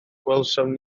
gwelsom